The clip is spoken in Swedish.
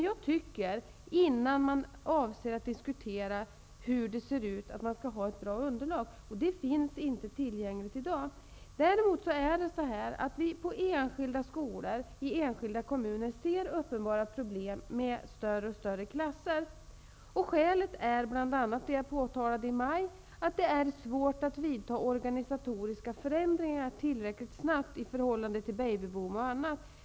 Jag tycker emellertid att man innan man avser att diskutera hur saker och ting förhåller sig skall ha ett bra underlag. Något sådant finns inte tillgängligt i dag. Däremot ser vi i enskilda kommuner och enskilda skolor uppenbara problem med större och större klasser. Ett skäl härtill är, som jag påtalade i maj, att det är svårt att vidta organisatoriska förändringar tillräckligt snabbt i förhållande till bl.a. babyboomen.